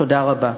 תודה רבה.